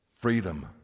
freedom